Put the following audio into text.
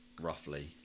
roughly